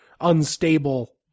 unstable